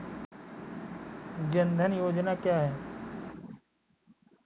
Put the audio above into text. जनधन योजना क्या है?